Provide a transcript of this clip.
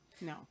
No